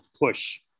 push